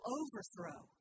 overthrow